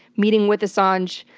meeting with assange,